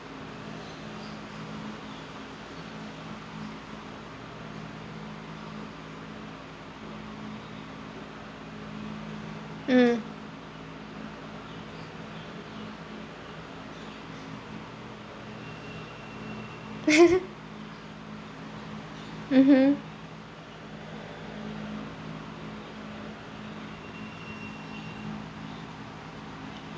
mm mmhmm